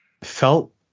felt